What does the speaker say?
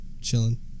chilling